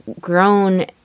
grown